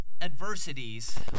adversities